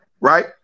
right